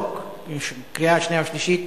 לקריאה שנייה ושלישית,